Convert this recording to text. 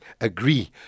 agree